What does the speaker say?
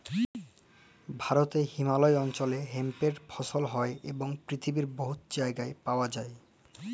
ভারতে হিমালয় অল্চলে হেম্পের ফসল হ্যয় এবং পিথিবীর বহুত জায়গায় পাউয়া যায়